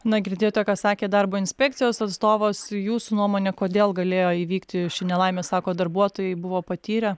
na girdėjote ką sakė darbo inspekcijos atstovas jūsų nuomone kodėl galėjo įvykti ši nelaimė sako darbuotojai buvo patyrę